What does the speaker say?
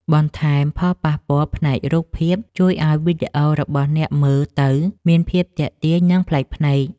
បន្ថែមផលប៉ះពាល់ផ្នែករូបភាពជួយឱ្យវីដេអូរបស់អ្នកមើលទៅមានភាពទាក់ទាញ និង ប្លែកភ្នែក។